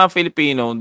Filipino